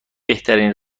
بهترین